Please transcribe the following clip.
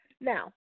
Now